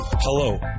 Hello